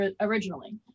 originally